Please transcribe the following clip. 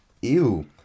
ew